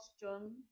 John